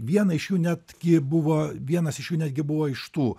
vieną iš jų netgi buvo vienas iš jų netgi buvo iš tų